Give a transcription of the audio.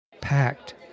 packed